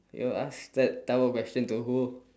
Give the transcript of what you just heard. you ask that question to who